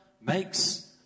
makes